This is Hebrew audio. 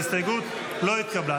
ההסתייגות לא התקבלה.